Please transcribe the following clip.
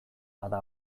bada